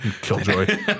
Killjoy